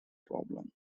problem